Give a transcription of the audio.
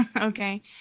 Okay